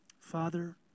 Father